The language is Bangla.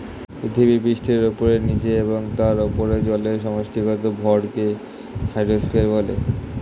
পৃথিবীপৃষ্ঠের উপরে, নীচে এবং তার উপরে জলের সমষ্টিগত ভরকে হাইড্রোস্ফিয়ার বলে